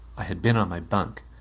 i had been on my bunk.